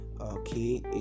okay